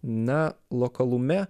na lokalume